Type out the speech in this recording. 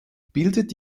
bildet